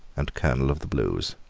and colonel of the blues.